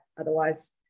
otherwise